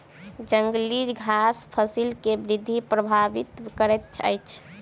जंगली घास फसिल के वृद्धि प्रभावित करैत अछि